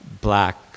black